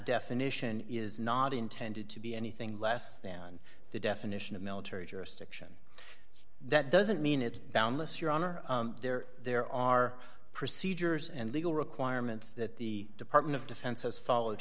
definition is not intended to be anything less than the definition of military jurisdiction that doesn't mean it down last year on or there there are procedures and legal requirements that the department of defense has followed